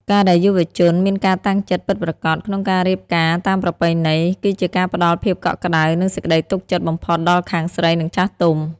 ការដែលយុវជន "មានការតាំងចិត្តពិតប្រាកដ" ក្នុងការរៀបការតាមប្រពៃណី គឺជាការផ្ដល់ភាពកក់ក្ដៅ និងសេចក្ដីទុកចិត្តបំផុតដល់ខាងស្រី និងចាស់ទុំ។